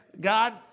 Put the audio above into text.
God